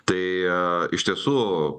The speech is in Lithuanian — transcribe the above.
tai iš tiesų